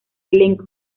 elenco